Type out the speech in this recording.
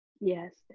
Yes